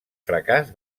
fracàs